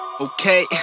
Okay